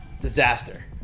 disaster